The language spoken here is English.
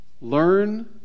Learn